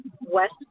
West